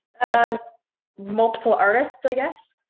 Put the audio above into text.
and multiple artists, i guess?